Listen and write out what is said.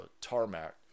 tarmac